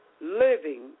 living